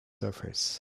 surface